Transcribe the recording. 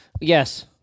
yes